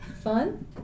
Fun